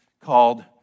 called